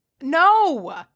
No